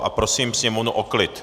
A prosím sněmovnu o klid.